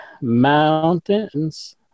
mountains